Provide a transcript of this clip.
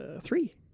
Three